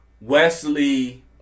Wesley